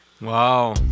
Wow